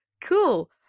Cool